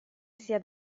sia